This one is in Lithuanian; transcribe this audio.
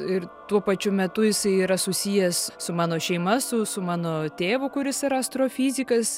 ir tuo pačiu metu jisai yra susijęs su mano šeima su su mano tėvu kuris yra astrofizikas